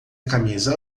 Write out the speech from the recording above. camisa